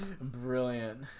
Brilliant